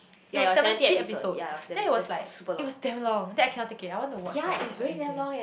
it was seventy episodes then it was like it was damn long then I cannot take it I want to watch the the ending